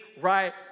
right